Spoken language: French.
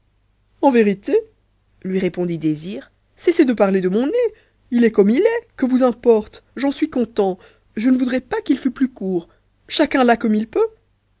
en vérité madame lui répondit désir cessez de parler de mon nez il est comme il est que vous importe j'en suis content je ne voudrais pas qu'il fût plus court chacun l'a comme il peut